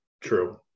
true